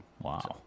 Wow